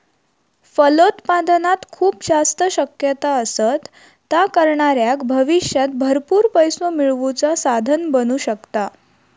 फलोत्पादनात खूप जास्त शक्यता असत, ता करणाऱ्याक भविष्यात भरपूर पैसो मिळवुचा साधन बनू शकता